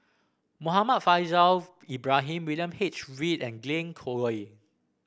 Muhammad Faishal Ibrahim William H Read and Glen Goei